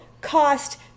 cost